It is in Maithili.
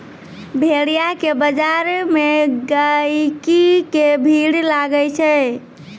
भेड़िया के बजार मे गहिकी के भीड़ लागै छै